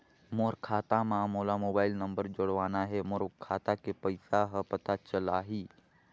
मोर खाता मां मोला मोबाइल नंबर जोड़वाना हे मोर खाता के पइसा ह पता चलाही?